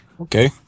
Okay